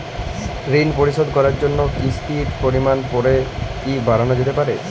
ঋন পরিশোধ করার জন্য কিসতির পরিমান পরে কি বারানো যেতে পারে?